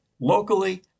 Locally